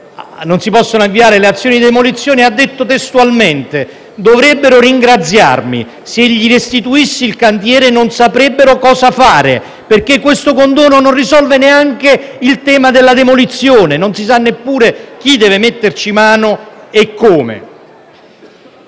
non si possono avviare le azioni di demolizione, ha detto che dovrebbero ringraziarlo perché se gli restituisse il cantiere non saprebbero cosa fare. Il condono non risolve neanche il tema della demolizione; non si sa neppure chi deve metterci mano e come.